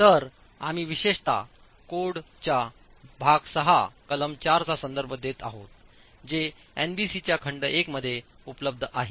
तर आम्ही विशेषतः कोडच्या भाग 6 कलम 4 चा संदर्भ देत आहोत जे एनबीसीच्या खंड 1 मध्ये उपलब्ध आहे